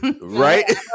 Right